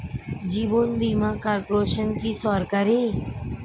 জীবন বীমা কর্পোরেশন কি সরকারি?